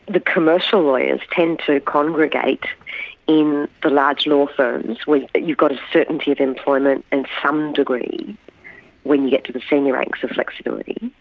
the commercial lawyers tend to congregate in the large law firms, you've got a certainty of employment and some degree when you get to the senior ranks of flexibility,